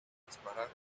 disparar